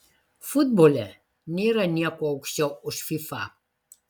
futbole nėra nieko aukščiau už fifa